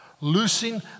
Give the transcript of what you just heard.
loosing